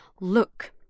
Look